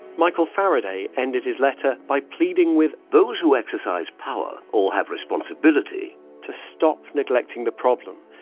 michael faraday ended his letter by pleading with those who exercise power all have responsibility to stop neglecting the problem,